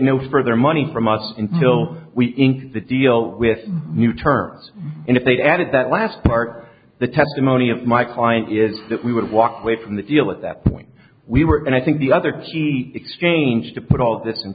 further money from us until we ink the deal with new terms and if they added that last part the testimony of my client is that we would walk away from the deal at that point we were and i think the other key exchange to put all this and